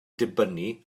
dibynnu